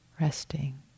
resting